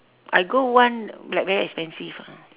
I go one like very expensive ah